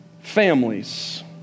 families